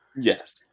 yes